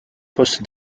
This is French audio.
poste